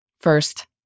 First